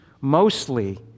mostly